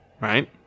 right